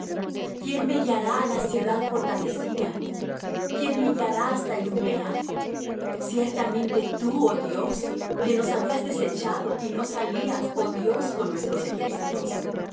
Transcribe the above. quién me guiará á la ciudad fortalecida quién me guiará hasta idumea ciertamente tú oh dios que nos habías desechado y no salías oh dios con nuestros ejércitos